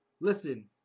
Listen